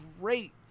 great